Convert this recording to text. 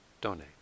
donate